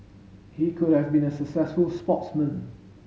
he could have been a successful sportsman